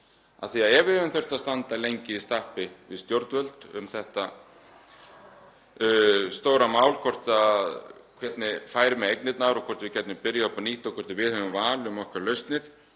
yfirstaðið. Ef við hefðum þurft að standa lengi í stappi við stjórnvöld um þetta stóra mál, hvernig færi með eignirnar og hvort við gætum byrjað upp á nýtt og hvort við hefðum val um okkar lausnir,